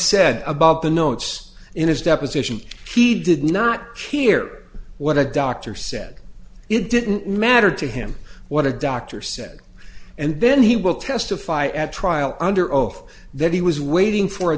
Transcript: said about the notes in his deposition he did not cheer what the doctor said it didn't matter to him what a doctor said and then he will testify at trial under oath that he was waiting for a